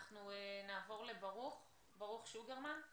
אנחנו נעבור לברוך שוגרמן,